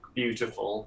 beautiful